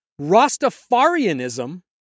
Rastafarianism